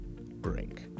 break